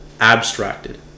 abstracted